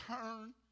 turn